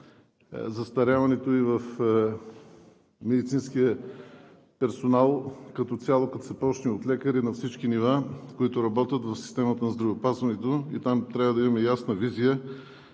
застаряването и в медицинския персонал, като се почне от лекари на всички нива, които работят в системата на здравеопазването. Там трябва да има ясна визия.